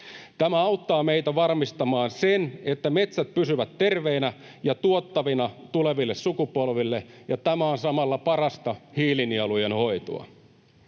Tämä auttaa meitä varmistamaan sen, että metsät pysyvät terveinä ja tuottavina tuleville sukupolville, ja tämä on samalla parasta hiilinielujen hoitoa.